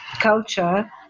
culture